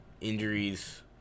Injuries